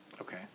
Okay